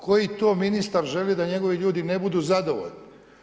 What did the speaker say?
Koji to ministar želi da njegovi ljudi ne budu zadovoljni?